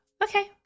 Okay